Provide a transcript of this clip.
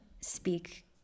speak